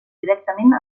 directament